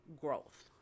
growth